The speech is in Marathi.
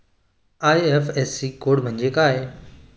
आय.एफ.एस.सी कोड म्हणजे काय?